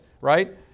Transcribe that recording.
right